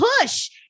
push